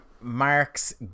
Mark's